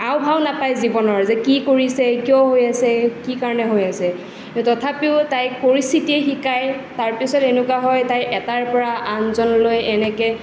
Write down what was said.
আও ভাও নাপায় জীৱনৰ যে কি কৰিছে কিয় হৈ আছে কি কাৰণে হৈ আছে তথাপিও তাইক পৰিস্থিতিয়ে শিকায় তাৰপিছত এনেকুৱা হয় তাই এটাৰ পৰা আনজনলৈ এনেকৈ